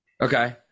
Okay